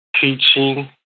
teaching